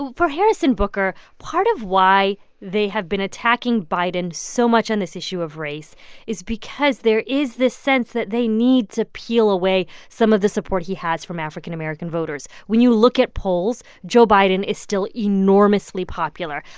ah for harris and booker, part of why they have been attacking biden so much on this issue of race is because there is this sense that they need to peel away some of the support he has from african american voters. when you look at polls, joe biden is still enormously popular.